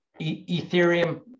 Ethereum